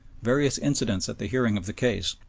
various incidents at the hearing of the case,